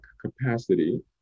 capacity